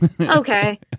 Okay